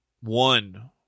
One